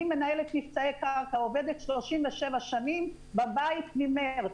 אני מנהלת מבצעי קרקע, עובדת 37 שנים, בבית ממרץ.